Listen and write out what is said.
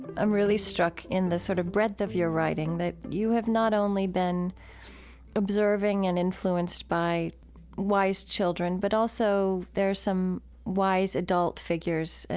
i'm really struck in the sort of breadth of your writing that you have not only been observing and influenced by wise children, but also there's some wise adult figures,